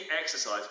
exercise